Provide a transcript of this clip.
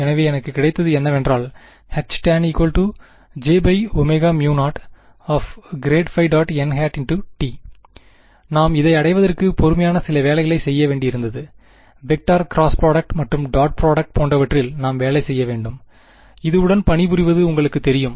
எனவே எனக்கு கிடைத்தது என்னவென்றால் Htanjω0∇ϕ·nt நாம் இதை அடைவதற்கு பொறுமையாக சில வேலைகளை செய்ய வேண்டி இருக்கிறது வெக்டர் கிராஸ் ப்ரொடக்ட் மற்றும் டாட் ப்ரொடக்ட் போன்றவற்றில் நாம் வேலை செய்ய வேண்டும் இது உடன் பணிபுரிவது உங்களுக்குத் தெரியும்